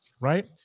Right